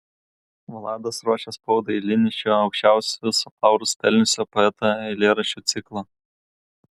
vladas ruošė spaudai eilinį šio aukščiausius laurus pelniusio poeto eilėraščių ciklą